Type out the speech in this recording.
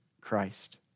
Christ